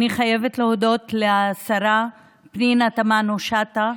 אני חייבת להודות לשרה פנינה תמנו שטה,